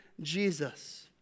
Jesus